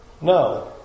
No